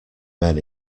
men